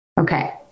Okay